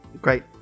Great